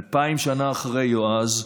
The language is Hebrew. אלפיים שנה אחרי, יועז,